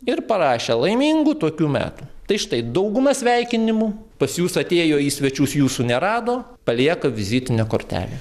ir parašė laimingų tokių metų tai štai dauguma sveikinimų pas jus atėjo į svečius jūsų nerado palieka vizitinę kortelę